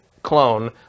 clone